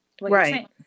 Right